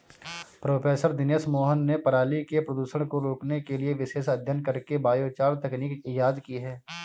professor Dinesh Mohan ने पराली के प्रदूषण को रोकने के लिए विशेष अध्ययन करके बायोचार तकनीक इजाद की है